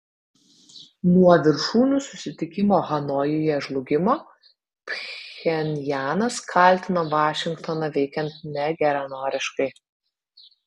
nuo viršūnių susitikimo hanojuje žlugimo pchenjanas kaltino vašingtoną veikiant negeranoriškai